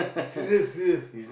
serious serious